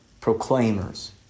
Proclaimers